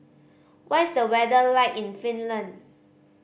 what is the weather like in Finland